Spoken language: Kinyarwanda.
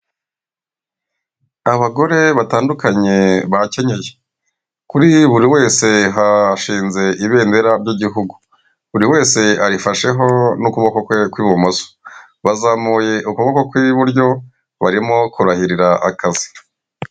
Abagore batandukanye bakenyeye, kuri buri wese hashinze ibendera ry'igihugu. Buri wese arifasheho n'ukuboko kwe kw'ibumoso, bazamuye ukuboko kw'iburyo barimo kurahirira akazi.